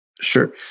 Sure